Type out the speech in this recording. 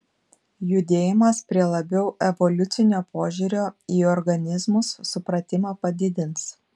judėjimas prie labiau evoliucinio požiūrio į organizmus supratimą padidins